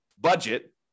budget